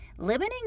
Limiting